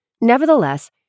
Nevertheless